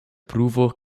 pruvo